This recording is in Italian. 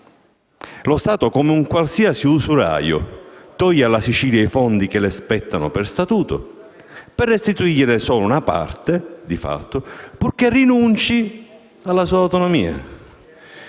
Lo Stato, come qualsiasi usuraio, toglie alla Sicilia i fondi che le spettano per Statuto, per restituire solo una parte, di fatto, purché rinunci alla sua autonomia.